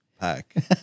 pack